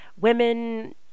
women